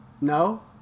No